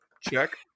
Check